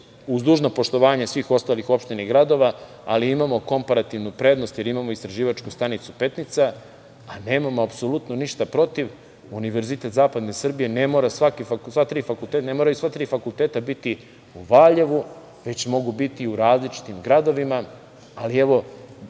uz dužno poštovanje svih ostalih opština i gradova, jer imamo Istraživačku stanicu "Petnica", a nemamo apsolutno ništa protiv univerzitet zapadne Srbije, ne moraju sva tri fakulteta biti u Valjevu, već mogu biti u različitim gradovima. Ali evo,